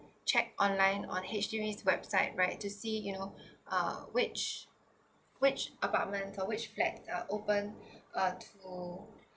check online on H_D_B website right to see you know uh which which apartment or which flat are open uh to